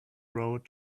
road